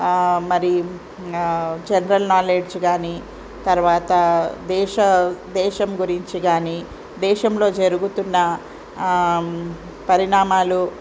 మరి general knowledge గానీ తర్వాత దేశ దేశం గురించి గానీ దేశంలో జరుగుతున్న పరిణామాలు